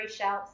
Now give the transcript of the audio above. shelves